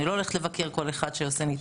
אני לא הולכת לבקר כל אחד שעושה ניתוח.